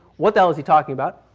what the hell is he talking about?